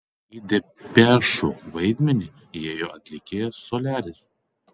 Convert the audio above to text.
į depešų vaidmenį įėjo atlikėjas soliaris